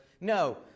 No